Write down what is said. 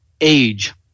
age